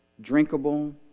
drinkable